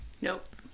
Nope